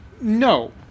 no